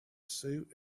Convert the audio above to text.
suit